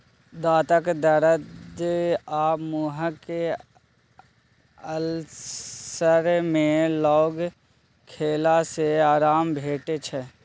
दाँतक दरद आ मुँहक अल्सर मे लौंग खेला सँ आराम भेटै छै